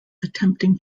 attempting